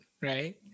right